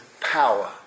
power